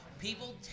People